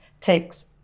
takes